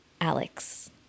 Alex